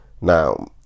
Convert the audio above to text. Now